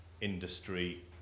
industry